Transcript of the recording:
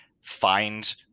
find